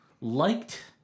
liked